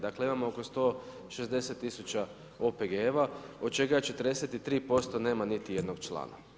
Dakle imamo oko 160 000 OPG-ova od čega 43% nema niti jednog člana.